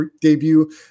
debut